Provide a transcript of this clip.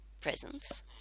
presence